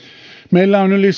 meillä on yli